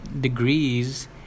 degrees